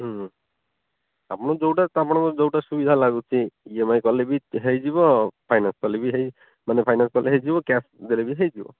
ହୁଁ ଆପଣ ଯେଉଁଟା ଆପଣଙ୍କର ଯେଉଁଟା ସୁବିଧା ଲାଗୁଛି ଇ ଏମ ଆଇ କଲେ ବି ହେଇଯିବ ଫାଇନାନ୍ସ କଲେ ବି ମାନେ ଫାଇନାନ୍ସ କଲେ ହେଇଯିବ କ୍ୟାସ୍ ଦେଲେ ବି ହେଇଯିବ